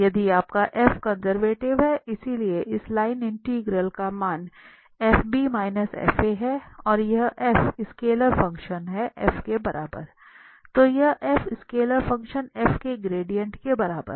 यदि आपका कंजर्वेटिव है क्योंकि इस लाइन इंटीग्रल का मान f f है और यह f स्केलर फंक्शन है के बराबर तो यह स्केलर फंक्शन f के ग्रेडिएंट के बराबर है